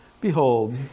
Behold